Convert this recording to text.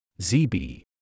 ZB